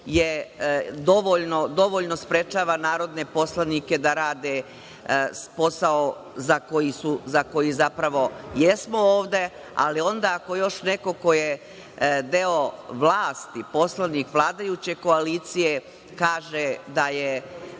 dovoljno sprečava narodne poslanike da rade posao za koji zapravo jesmo ovde, ali onda ako još neko ko je deo vlasti, poslanik vladajuće koalicije, kaže da je